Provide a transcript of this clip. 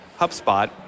HubSpot